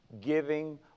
giving